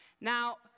Now